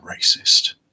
racist